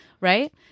right